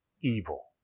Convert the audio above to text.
evil